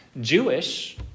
Jewish